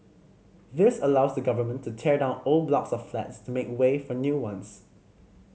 this allows the government to tear down old blocks of flats to make way for new ones